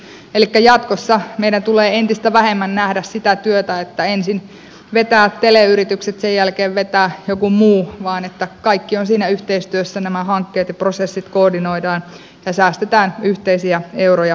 elikkä jatkossa meidän tulee entistä vähemmän nähdä sitä työtä että ensin vetävät teleyritykset sen jälkeen vetää joku muu vaan kaikki nämä hankkeet ovat siinä yhteistyössä ja prosessit koordinoidaan ja säästetään yhteisiä euroja järkevällä toiminnalla